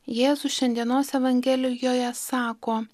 jėzus šiandienos evangelijoje sako